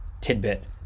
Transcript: tidbit